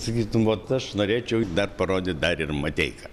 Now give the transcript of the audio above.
sakytum vot aš norėčiau dar parodyt dar ir mateiką